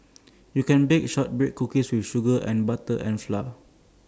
you can bake Shortbread Cookies just with sugar butter and flour